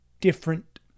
different